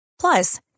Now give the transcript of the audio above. Plus